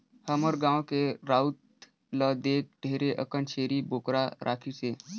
हमर गाँव के राउत ल देख ढेरे अकन छेरी बोकरा राखिसे